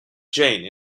jane